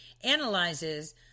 analyzes